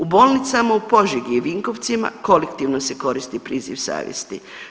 U bolnicama u Požegi i Vinkovcima kolektivno se koristi priziv savjesti.